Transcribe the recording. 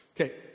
Okay